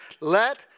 let